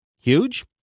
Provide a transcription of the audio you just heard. huge